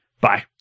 Bye